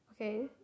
okay